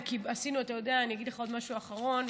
אני אגיד לך עוד משהו אחרון,